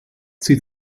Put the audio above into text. zieht